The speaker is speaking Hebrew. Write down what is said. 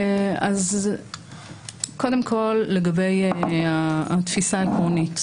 אז קודם כול, לגבי התפיסה העקרונית,